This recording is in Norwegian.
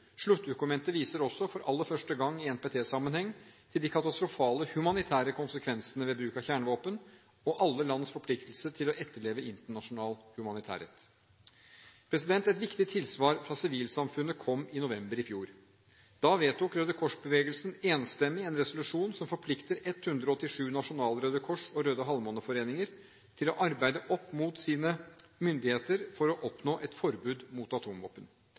Sluttdokumentet viser også for aller første gang i NPT-sammenheng til de katastrofale humanitære konsekvensene ved bruk av kjernevåpen og alle lands forpliktelse til å etterleve internasjonal humanitærrett. Et viktig tilsvar fra sivilsamfunnet kom i november i fjor. Da vedtok Røde Kors-bevegelsen enstemmig en resolusjon som forplikter 187 nasjonale Røde Kors- og Røde Halvmåne-foreninger til å arbeide opp mot sine myndigheter for å oppnå et forbud mot atomvåpen.